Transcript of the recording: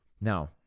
Now